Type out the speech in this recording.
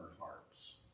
hearts